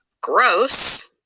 Gross